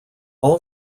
all